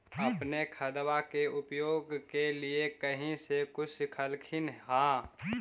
अपने खादबा के उपयोग के लीये कही से कुछ सिखलखिन हाँ?